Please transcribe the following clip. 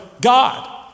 God